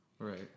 Right